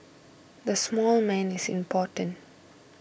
the small man is important